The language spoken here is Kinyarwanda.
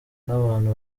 nabantu